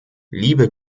liebe